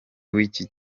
wiki